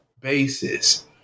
basis